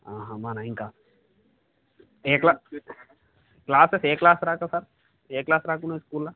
మన ఇంకా ఏ క్లాస్ క్లాసెస్ ఏ క్లాస్ దాకా సార్ ఏ క్లాస్ దాకా ఉంది స్కూల్లో